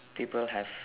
people have